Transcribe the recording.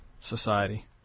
Society